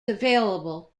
available